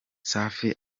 safi